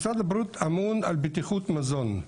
משרד הבריאות אמון על בטיחות מזון.